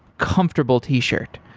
comfortable t-shirt.